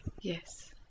yes